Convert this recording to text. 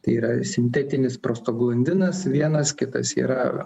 tai yra sintetinis prostaglandinas vienas kitas yra